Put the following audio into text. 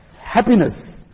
happiness